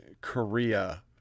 korea